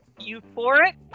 euphoric